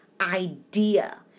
idea